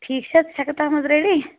ٹھیٖک چھےٚ ژٕ چھَکھٕ تَتھ منٛز رٔڈی